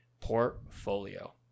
portfolio